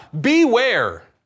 Beware